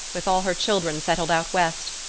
with all her children settled out west,